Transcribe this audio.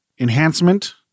enhancement